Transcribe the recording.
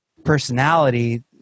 personality